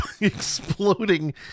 Exploding